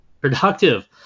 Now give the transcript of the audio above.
productive